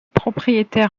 propriétaire